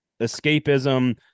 escapism